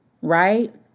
Right